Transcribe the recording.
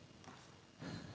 Hvala.